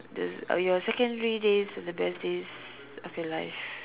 the your secondary days are the best days of your life